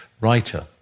writer